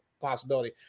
possibility